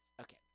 Okay